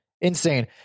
insane